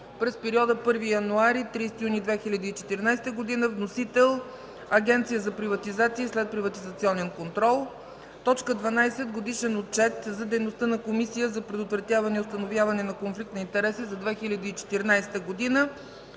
през периода 1 януари – 30 юни 2014 г. Вносител – Агенция за приватизация и следприватизационен контрол. 12. Годишен отчет за дейността на Комисията за предотвратяване и установяване на конфликт на интереси за 2014 г.